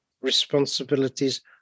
responsibilities